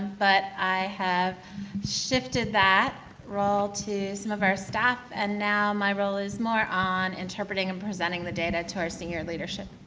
but i have shifted that role to some of our staff, and now my role is more on interpreting and presenting the data to our senior leadership.